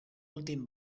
últim